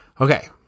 Okay